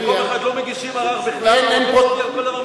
במקום אחד לא מגישים ערר בכלל או על כל דבר מגישים ערר,